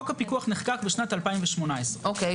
חוק הפיקוח נחקק בשנת 2018. אוקיי.